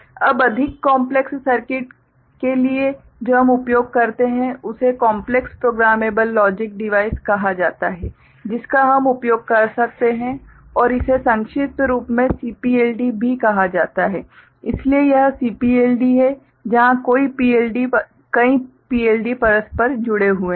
अब अधिक complex circuit के लिए जो हम उपयोग करते हैं उसे कॉम्प्लेक्स प्रोग्रामेबल लॉजिक डिवाइस कहा जाता है जिसका हम उपयोग कर सकते हैं और इसे संक्षिप्त में CPLD भी कहा जाता है इसलिए यह CPLD है जहां कई PLD परस्पर जुड़े हुए हैं